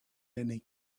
many